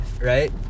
right